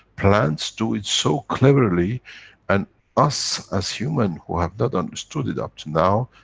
plants do it so cleverly and us, as human, who have not understood it, up to now,